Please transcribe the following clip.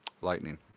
Lightning